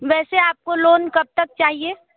वैसे आपको लोन कब तक चाहिए